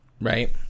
Right